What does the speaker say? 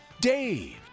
Dave